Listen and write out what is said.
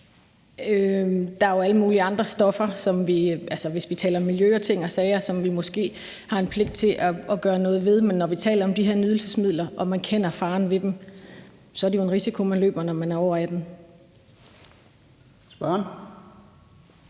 Der er jo alle mulige andre stoffer – altså hvis vi taler miljø og ting og sager – som vi måske har en pligt til at gøre noget ved, men når vi taler om de her nydelsesmidler og man kender faren ved dem, så er det jo en risiko, man løber, når man er over 18 år. Kl.